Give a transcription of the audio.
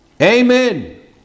Amen